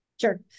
Sure